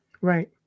Right